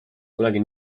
kunagi